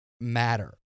matter